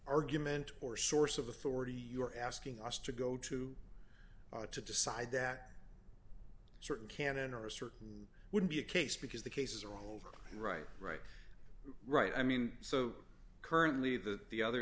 argument or source of authority you're asking us to go to to decide that certain canon or a certain would be a case because the cases are over right right right i mean so currently that the other